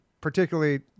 particularly